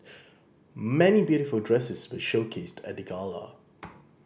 many beautiful dresses were showcased at the gala